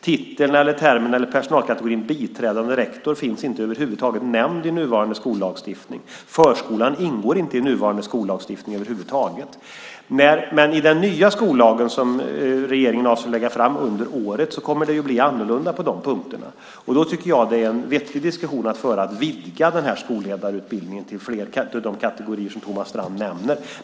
Titeln eller personalkategorin "biträdande rektor" finns över huvud taget inte i nuvarande skollagstiftning. Förskolan ingår inte heller i nuvarande skollagstiftning. Men i den nya skollag som regeringen avser att lägga fram under året kommer det att bli annorlunda, och då är det en vettig diskussion att föra att man ska vidga skolledarutbildningen till de kategorier som Thomas Strand nämner.